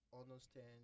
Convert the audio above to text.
understand